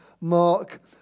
Mark